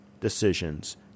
decisions